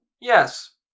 Yes